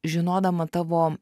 žinodama tavo